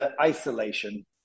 isolation